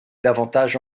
davantage